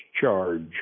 charge